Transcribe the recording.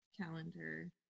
calendar